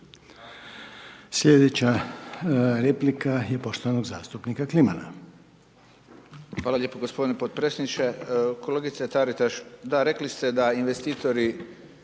Slijedeća replika je poštovanog zastupnika Branka